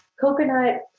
coconut